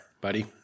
buddy